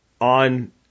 on